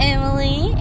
Emily